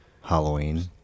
Halloween